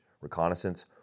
Reconnaissance